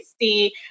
see